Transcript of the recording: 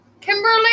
Kimberly